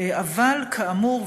אבל כאמור,